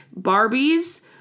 Barbies